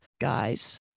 guys